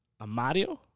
Amario